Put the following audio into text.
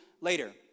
later